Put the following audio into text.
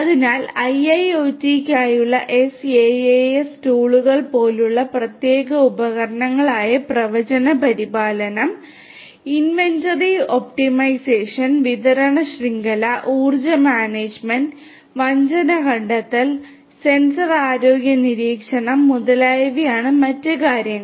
അതിനാൽ IIoT യ്ക്കായുള്ള SaaS ടൂളുകൾ പോലുള്ള പ്രത്യേക ഉപകരണങ്ങളായ പ്രവചന പരിപാലനം ഇൻവെന്ററി ഒപ്റ്റിമൈസേഷൻ മുതലായവയാണ് മറ്റ് കാര്യങ്ങൾ